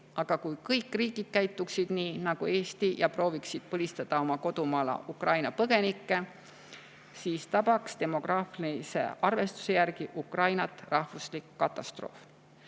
aga kui kõik riigid käituksid nii nagu Eesti ja prooviksid Ukraina põgenikke oma maale põlistada, siis tabaks demograafilise arvestuse järgi Ukrainat rahvuslik katastroof.